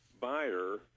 buyer